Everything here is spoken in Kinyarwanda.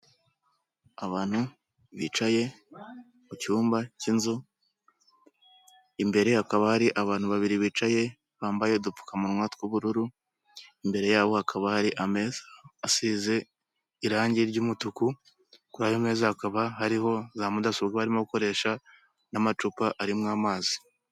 Abantu bicaye mu cyumba cy'inzu, imbere hakaba hari abantu babiri bicaye bambaye udupfukamunwa tw'ubururu, imbere yabo hakaba hari ameza asize irangi ry'umutuku kuri ayo meza hakaba hariho za mudasobwa barimo gukoresha n'amacupa arimo amazi.